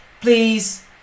please